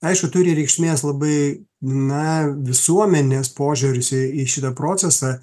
aišku turi reikšmės labai na visuomenės požiūris į į šitą procesą